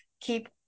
Keep